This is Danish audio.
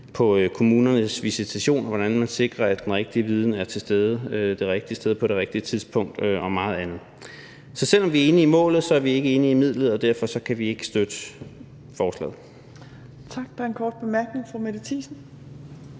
på kommunernes visitation, og hvordan man sikrer, at den rigtige viden er til stede det rigtige sted på det rigtige tidspunkt og meget andet. Så selv om vi er enige i målet, er vi ikke enige med hensyn til midlet, og derfor kan vi ikke støtte forslaget. Kl. 18:44 Fjerde næstformand (Trine